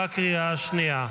בקריאה השנייה.